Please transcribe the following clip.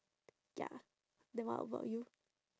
ya then what about you